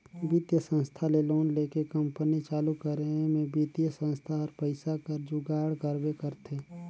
बित्तीय संस्था ले लोन लेके कंपनी चालू करे में बित्तीय संस्था हर पइसा कर जुगाड़ करबे करथे